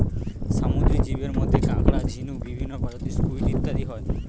সামুদ্রিক জীবের মধ্যে কাঁকড়া, ঝিনুক, বিভিন্ন প্রজাতির স্কুইড ইত্যাদি হয়